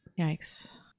Yikes